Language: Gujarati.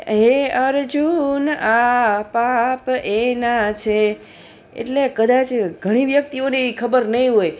એટલે કદાચ ઘણી વ્યક્તિઓને એ ખબર નહીં હોય